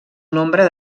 nombre